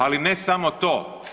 Ali ne samo to.